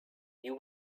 you